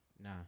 Nah